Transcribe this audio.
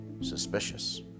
suspicious